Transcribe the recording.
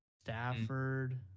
Stafford